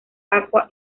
aqua